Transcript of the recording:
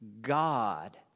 God